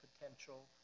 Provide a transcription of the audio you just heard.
potential